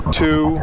two